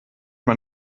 man